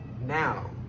now